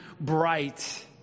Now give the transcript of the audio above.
bright